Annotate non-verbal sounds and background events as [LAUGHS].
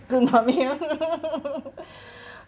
[LAUGHS] [BREATH]